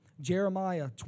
Jeremiah